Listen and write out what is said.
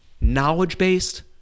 knowledge-based